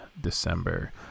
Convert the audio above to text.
December